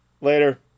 Later